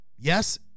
Yes